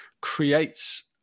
creates